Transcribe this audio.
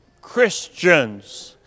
Christians